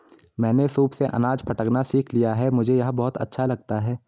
मैंने सूप से अनाज फटकना सीख लिया है मुझे यह बहुत अच्छा लगता है